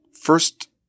first